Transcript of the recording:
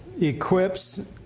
equips